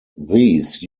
these